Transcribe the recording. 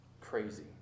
Crazy